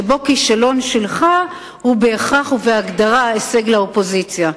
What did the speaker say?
שבו כישלון שלך הוא בהכרח ובהגדרה הישג לאופוזיציה.